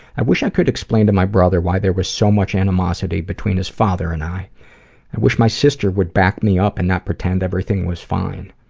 i wish i could explain to my brother why there was so much animosity between his father and i. i wish my sister would back me up and not pretend everything was fine.